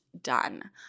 done